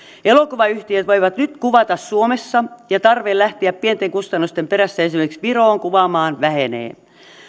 elokuvayhtiöt voivat nyt kuvata suomessa ja tarve lähteä pienten kustannusten perässä esimerkiksi viroon kuvaamaan vähenee